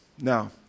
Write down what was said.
Now